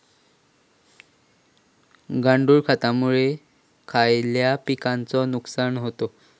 गांडूळ खतामुळे खयल्या पिकांचे नुकसान होते?